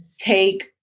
take